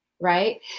Right